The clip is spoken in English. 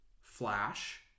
Flash